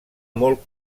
molt